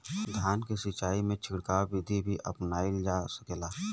धान के सिचाई में छिड़काव बिधि भी अपनाइल जा सकेला?